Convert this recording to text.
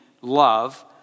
love